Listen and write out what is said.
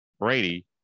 Brady